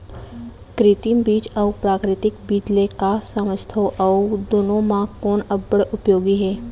कृत्रिम बीज अऊ प्राकृतिक बीज ले का समझथो अऊ दुनो म कोन अब्बड़ उपयोगी हे?